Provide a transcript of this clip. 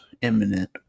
imminent